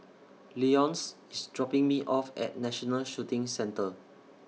Leonce IS dropping Me off At National Shooting Centre